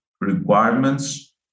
requirements